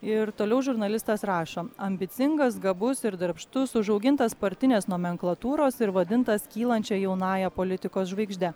ir toliau žurnalistas rašo ambicingas gabus ir darbštus užaugintas partinės nomenklatūros ir vadintas kylančia jaunąja politikos žvaigžde